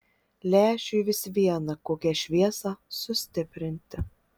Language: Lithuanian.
lęšiui vis viena kokią šviesą sustiprinti